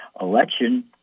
election